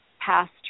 past